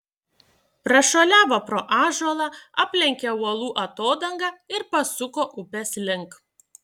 prašuoliavo pro ąžuolą aplenkė uolų atodangą ir pasuko upės link